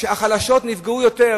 החלשות נפגעו יותר,